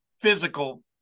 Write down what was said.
physical